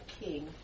king